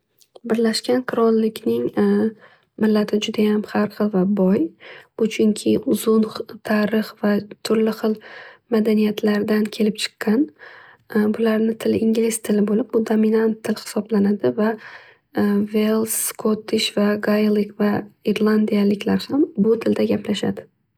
Birlashgan qirollikning millati judayam har xil va boy. Bu chunki uzun tarix va turli xil madaniyatlardan kelib chiqgan. Bularni tili ingliz tili bo'lib bu dominant til hisoblanadi. Vels, skottish, gaelik va irlandayaliklar ham bu tilda gaplashadi.